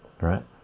Right